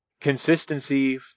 consistency